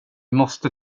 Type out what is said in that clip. måste